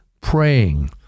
praying